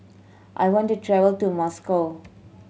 I want to travel to Moscow